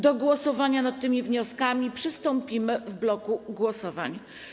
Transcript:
Do głosowania nad tymi wnioskami przystąpimy w bloku głosowań.